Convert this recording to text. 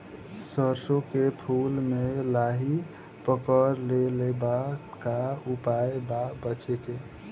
सरसों के फूल मे लाहि पकड़ ले ले बा का उपाय बा बचेके?